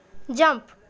jump